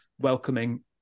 welcoming